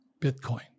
Bitcoin